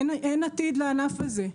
אין עתיד לענף הזה,